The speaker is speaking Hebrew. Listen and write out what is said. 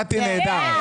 קטי, נהדר.